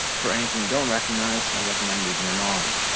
for anything you don't recognize, i'd recommend leaving them on.